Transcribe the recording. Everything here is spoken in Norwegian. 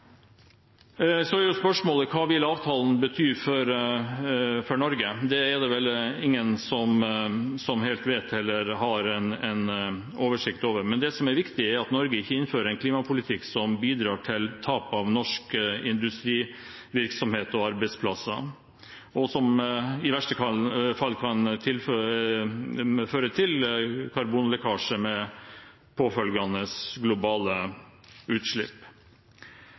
Så er spørsmålet: Hva vil avtalen bety for Norge? Det er det vel ingen som helt vet eller har oversikt over. Men det som er viktig, er at Norge ikke innfører en klimapolitikk som bidrar til tap av norsk industrivirksomhet og arbeidsplasser, og som i verste fall kan føre til karbonlekkasje med påfølgende globale utslipp.